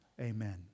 Amen